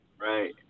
Right